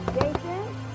Jason